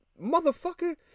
Motherfucker